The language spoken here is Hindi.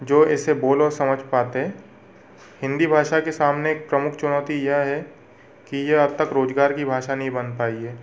जो इसे बोल और समझ पाते हिन्दी भाषा के सामने एक प्रमुख चुनौती यह है कि यह अब तक रोजगार की भाषा नहीं बन पाई है